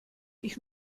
ich